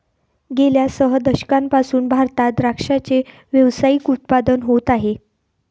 गेल्या सह दशकांपासून भारतात द्राक्षाचे व्यावसायिक उत्पादन होत आहे